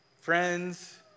friends